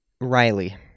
Riley